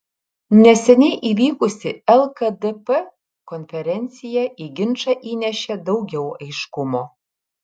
neseniai įvykusi lkdp konferencija į ginčą įnešė daugiau aiškumo